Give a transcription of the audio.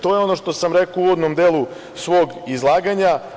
To je ono što sam rekao u uvodnom delu svog izlaganja.